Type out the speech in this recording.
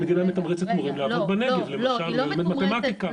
המדינה מתמרצת מורים לעבוד בנגב למשל או ללמד מתמטיקה.